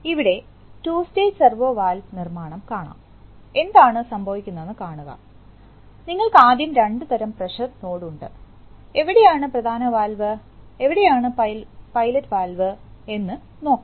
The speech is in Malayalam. ഇവിടെ ടൂർ സ്റ്റേജ് സെർവോ വാൽവ് നിർമ്മാണം കാണാം എന്താണ് സംഭവിക്കുന്നതെന്ന് കാണുക നിങ്ങൾക്ക് ആദ്യം രണ്ട് തരം പ്രഷർ നോഡ് ഉണ്ട് എവിടെയാണ് പ്രധാന വാൽവ് എവിടെയാണ് പൈലറ്റ് വാൽവ് എന്ന് നോക്കാം